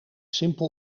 simpel